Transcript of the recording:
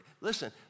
Listen